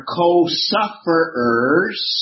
co-sufferers